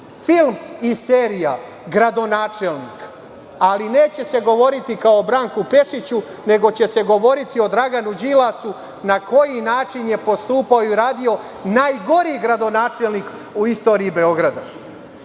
film i serija „Gradonačelnik“, ali neće se govoriti kao o Branku Pešiću, nego će se govoriti o Draganu Đilasu na koji način je postupao i uradio najgori gradonačelnik u istoriji Beograda. Srbija